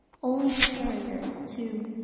old carriers, too,